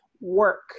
work